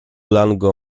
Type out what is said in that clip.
lango